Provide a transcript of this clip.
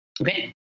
Okay